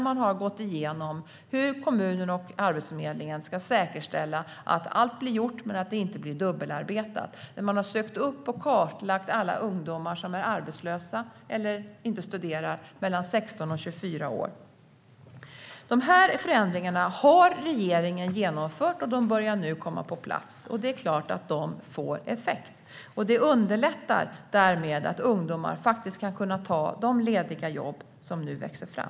Man har gått igenom hur kommunerna och Arbetsförmedlingen ska säkerställa att allt blir gjort men att det inte blir dubbelarbetat. Man har sökt upp och kartlagt alla ungdomar mellan 16 och 24 år som är arbetslösa eller som inte studerar. Dessa förändringar har regeringen genomfört, och de börjar nu komma på plats. Det är klart att de får effekt. Det underlättar därmed för ungdomar att ta de lediga jobb som nu växer fram.